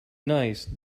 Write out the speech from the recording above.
nice